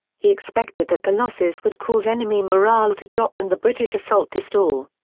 he expected that the losses would cause enemy morale to drop and the british assault to stall.